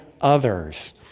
others